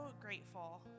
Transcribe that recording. grateful